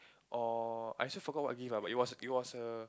oh I still forgot what gift ah but it was it was a